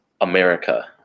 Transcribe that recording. America